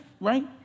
right